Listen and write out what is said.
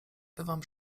bywam